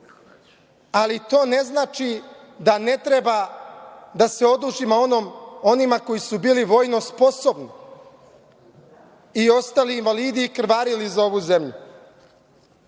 ali to ne znači da ne treba da se odužimo onima koji su bili vojno sposobni i ostali invalidi i krvarili za ovu zemlju. Pre